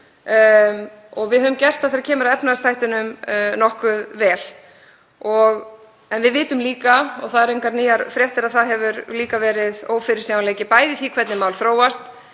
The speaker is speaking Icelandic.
og við höfum gert það þegar kemur að efnahagsþættinum nokkuð vel. Við vitum líka, og það eru engar nýjar fréttir, að það hefur verið ófyrirsjáanleiki í því hvernig mál þróast,